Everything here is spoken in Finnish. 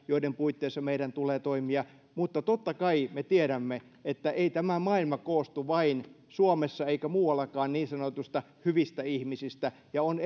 joiden puitteissa meidän tulee toimia mutta totta kai me tiedämme että ei tämä maailma koostu suomessa eikä muuallakaan vain niin sanotuista hyvistä ihmisistä ja on